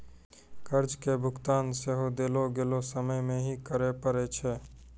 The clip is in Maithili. कर्जा के भुगतान सेहो देलो गेलो समय मे ही करे पड़ै छै